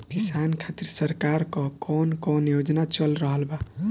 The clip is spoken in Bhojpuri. किसान खातिर सरकार क कवन कवन योजना चल रहल बा?